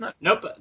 Nope